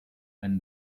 and